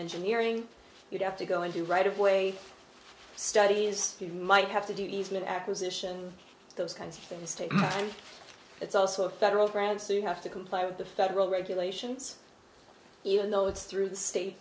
engineering you'd have to go into right of way studies you might have to do even acquisition those kinds of things take time it's also a federal grant so you have to comply with the federal regulations even though it's through the state